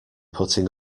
putting